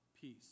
peace